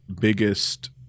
biggest